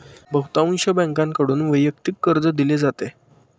बहुतांश बँकांकडून वैयक्तिक कर्ज दिले जाते